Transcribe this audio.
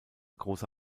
große